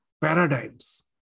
paradigms